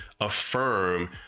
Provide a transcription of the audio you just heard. affirm